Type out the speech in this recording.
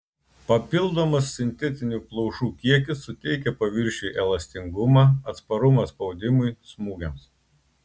papildomas sintetinių plaušų kiekis suteikia paviršiui elastingumą atsparumą spaudimui smūgiams